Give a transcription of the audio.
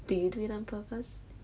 do you do it on purpose